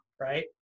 right